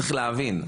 צריך להבין,